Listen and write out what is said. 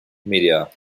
media